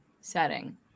setting